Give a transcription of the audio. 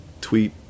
tweet